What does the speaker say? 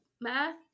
math